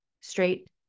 straight